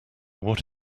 what